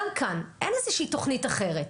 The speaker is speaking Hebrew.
וגם כאן, אין איזושהי תוכנית אחרת.